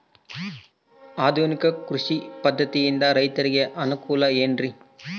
ಆಧುನಿಕ ಕೃಷಿ ಪದ್ಧತಿಯಿಂದ ರೈತರಿಗೆ ಅನುಕೂಲ ಏನ್ರಿ?